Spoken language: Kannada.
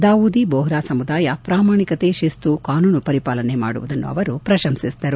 ದಾವೂದಿ ಬೋಹ್ರಾ ಸಮುದಾಯದ ಪ್ರಾಮಾಣಿಕತೆ ಶಿಸ್ತು ಕಾನೂನು ಪರಿಪಾಲನೆ ಮಾಡುವುದನ್ನು ಇದೇ ವೇಳೆ ಅವರು ಪ್ರಶಂಸಿಸಿದರು